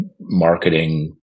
marketing